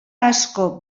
asko